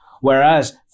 Whereas